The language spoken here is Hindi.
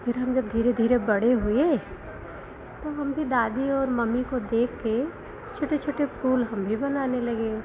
फिर हम जब धीरे धीरे बड़े हुए तो हम भी दादी और मम्मी को देख के छोटे छोटे फूल हम भी बनाने लगे